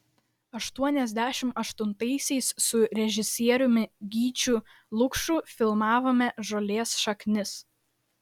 aštuoniasdešimt aštuntaisiais su režisieriumi gyčiu lukšu filmavome žolės šaknis